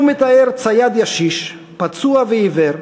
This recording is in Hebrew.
הוא מתאר צייד ישיש, פצוע ועיוור,